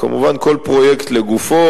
כמובן, כל פרויקט לגופו.